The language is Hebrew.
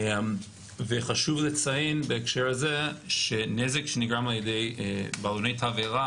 חשוב לציין בהקשר הזה שנזק שנגרם על ידי בלוני תבערה